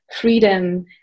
freedom